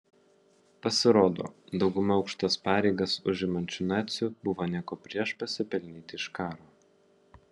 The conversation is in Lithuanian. pasirodo dauguma aukštas pareigas užimančių nacių buvo nieko prieš pasipelnyti iš karo